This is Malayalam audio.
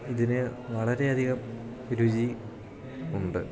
ഇതിന് വളരെഅധികം രുചി ഉണ്ട്